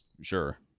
Sure